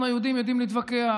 אנחנו היהודים יודעים להתווכח.